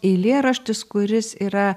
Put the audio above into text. eilėraštis kuris yra